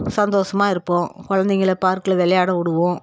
சந்தோஷமாக இருப்போம் குழந்தைங்கள பார்க்கில் விளையாட விடுவோம்